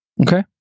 Okay